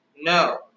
No